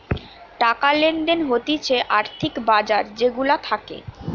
টাকা লেনদেন হতিছে আর্থিক বাজার যে গুলা থাকে